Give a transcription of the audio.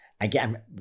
Again